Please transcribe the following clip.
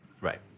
Right